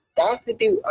positive